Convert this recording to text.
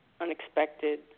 unexpected